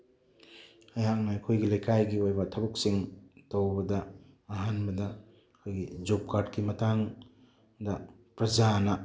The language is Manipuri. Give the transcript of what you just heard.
ꯑꯩꯍꯥꯛꯅ ꯑꯩꯈꯣꯏꯒꯤ ꯂꯩꯀꯥꯏꯒꯤ ꯑꯣꯏꯕ ꯊꯕꯛꯁꯤꯡ ꯇꯧꯕꯗ ꯑꯍꯥꯟꯕꯗ ꯑꯩꯈꯣꯏꯒꯤ ꯖꯣꯕ ꯀꯥꯔꯠꯀꯤ ꯃꯇꯥꯡꯗ ꯄ꯭ꯔꯖꯥꯅ